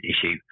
issue